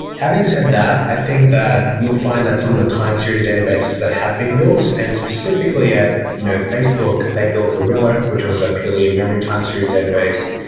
having said that, i think that you'll find that some of the time series databases that have been built, and specifically at you know facebook they built gorilla, which was a purely in-memory time series database.